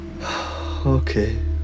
Okay